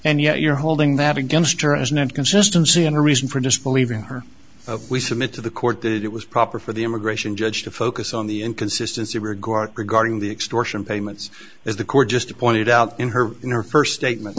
and yet you're holding that against her as an inconsistency and a reason for disbelieving her of we submit to the court that it was proper for the immigration judge to focus on the inconsistency regard regarding the extortion payments as the court just pointed out in her in her first statement